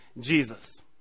jesus